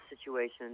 situation